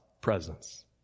presence